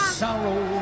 sorrow